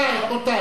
רבותי.